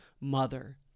mother